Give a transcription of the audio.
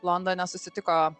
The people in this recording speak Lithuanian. londone susitiko